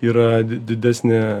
yra didesnė